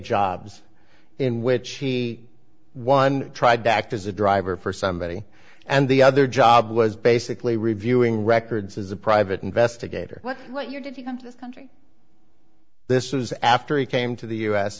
jobs in which he one tried to act as a driver for somebody and the other job was basically reviewing records as a private investigator what your did you come to this country this is after he came to the u